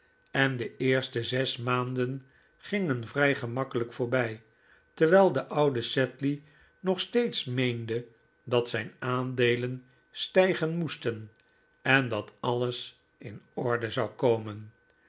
en de eerste zes maanden gingen vrij gemakkelijk voorbij terwijl deoude sedley nog steeds meende dat zijn aandeelen stijgen moesten en dat alles in orde zou komen